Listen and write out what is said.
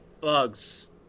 bugs